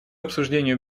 обсуждению